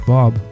Bob